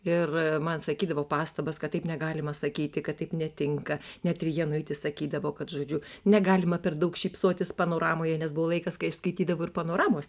ir man sakydavo pastabas kad taip negalima sakyti kad taip netinka net ir januitis sakydavo kad žodžiu negalima per daug šypsotis panoramoje nes buvo laikas kai aš skaitydavau ir panoramos